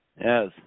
Yes